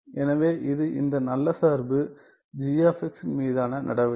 எனவே இது இந்த நல்ல சார்பு gன் மீதான நடவடிக்கை